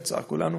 לצער כולנו.